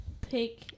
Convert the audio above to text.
pick